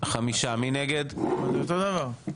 זה אותו דבר.